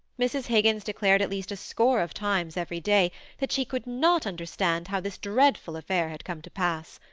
mrs. higgins declared at least a score of times every day that she could not understand how this dreadful affair had come to pass.